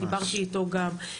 דיברתי אתו גם,